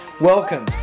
Welcome